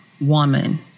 woman